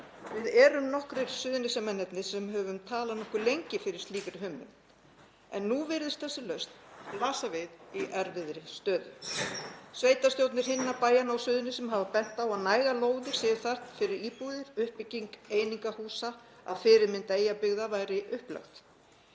Við erum nokkrir Suðurnesjamennirnir sem höfum talað nokkuð lengi fyrir slíkri hugmynd en nú virðist þessi lausn blasa við í erfiðri stöðu. Sveitarstjórnir hinna bæjanna á Suðurnesjum hafa bent á að nægar lóðir séu þar fyrir íbúðir. Uppbygging einingahúsa að fyrirmynd Eyjabyggða væri upplögð.